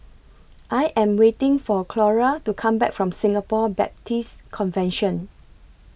I Am waiting For Clora to Come Back from Singapore Baptist Convention